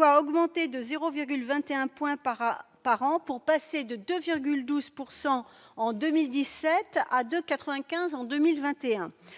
augmente de 0,21 point par an, pour passer de 2,12 % en 2017 à 2,95 % en 2021.